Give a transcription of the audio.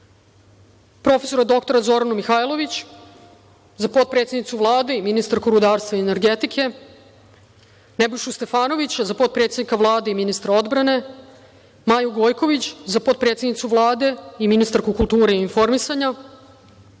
prof. dr Zoranu Mihajlović za potpredsednicu Vlade i ministarku rudarstva i energetike, Nebojšu Stefanovića za potpredsednika Vlade i ministra odbrane, Maju Gojković za potpredsednicu Vlade i ministarku kulture i informisanja,